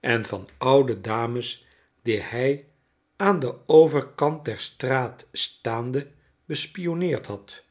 en van oude dames die hij aan den overkant der straat staande bespionneerd had